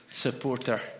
supporter